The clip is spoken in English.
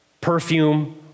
perfume